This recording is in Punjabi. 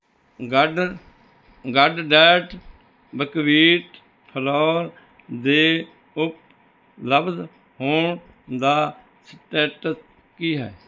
ਗੱਡ ਗੱਡਡਾਇਟ ਬਕਵੀਟ ਫਲੋਰ ਦੇ ਉਪਲਬਧ ਹੋਣ ਦਾ ਸਟੇਟਸ ਕੀ ਹੈ